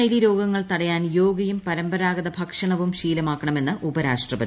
ജീവിതശൈലീ രോഗ്ലിങ്ങൾ തടയാൻ യോഗയും ന് പരമ്പരാഗത ഭക്ഷണവും ശീലമാക്കണമെന്ന് ഉപരാഷ്ട്രപതി